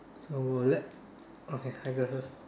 so let I go first